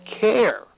care